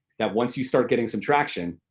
that once you start getting some traction,